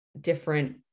different